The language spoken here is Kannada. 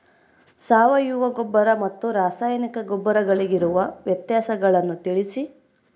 ಸಾವಯವ ಗೊಬ್ಬರ ಮತ್ತು ರಾಸಾಯನಿಕ ಗೊಬ್ಬರಗಳಿಗಿರುವ ವ್ಯತ್ಯಾಸಗಳನ್ನು ತಿಳಿಸಿ?